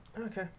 Okay